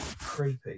Creepy